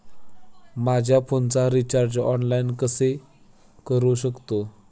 माझ्या फोनचे recharge online कसे करू शकतो?